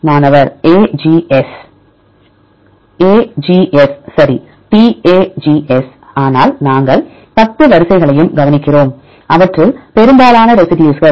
மாணவர் AGS AGS சரி TAGS ஆனால் நாங்கள் 10 வரிசைகளையும் கவனிக்கிறோம் அவற்றில் பெரும்பாலான ரெசிடியூஸ் threonine